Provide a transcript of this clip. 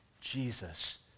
Jesus